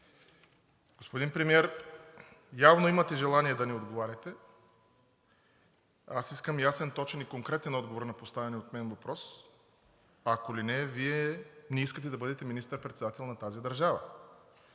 Господин Премиер, явно имате желание да не отговаряте. Аз искам ясен, точен и конкретен отговор на поставения от мен въпрос. Ако ли не, Вие не искате да бъдете министър-председател на тази държава.